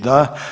Da.